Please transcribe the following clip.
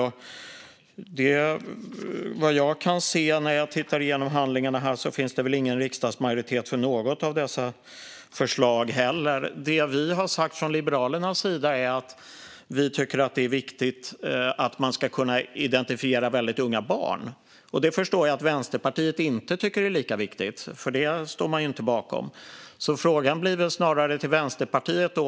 Enligt vad jag kan se när jag tittar igenom handlingarna finns det inte heller riksdagsmajoritet för något av dessa förslag. Det vi har sagt från Liberalernas sida är att vi tycker att det är viktigt att man ska kunna identifiera väldigt unga barn. Jag förstår att Vänsterpartiet inte tycker att det är lika viktigt, eftersom man inte står bakom det förslaget. Här bör snarare frågan riktas till Vänsterpartiet.